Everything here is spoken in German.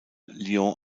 lyon